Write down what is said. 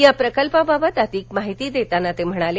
या प्रकल्पाबाबत अधिक माहिती देताना ते म्हणाले